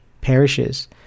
parishes